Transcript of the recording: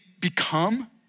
become